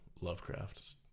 Lovecraft